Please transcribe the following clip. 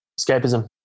Escapism